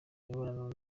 imibonano